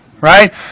Right